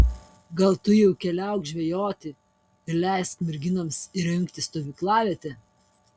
gal tu jau keliauk žvejoti ir leisk merginoms įrengti stovyklavietę